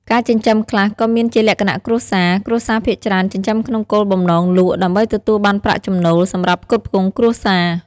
ការចិញ្ចឹមខ្លះក៏មានជាលក្ខណៈគ្រួសារ គ្រួសារភាគច្រើនចិញ្ចឹមក្នុងគោលបំណងលក់ ដើម្បីទទួលបានប្រាក់ចំណូលសម្រាប់ផ្គត់ផ្គង់គ្រួសារ។